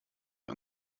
wir